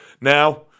Now